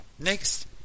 Next